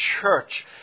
church